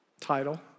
title